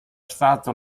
stato